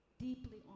deeply